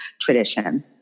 tradition